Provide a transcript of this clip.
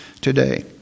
today